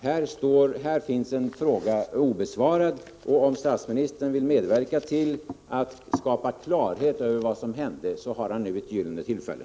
Här finns en fråga obesvarad, och om statsministern vill medverka till att skapa klarhet över vad som hände, har han nu ett gyllene tillfälle.